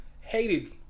hated